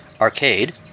Arcade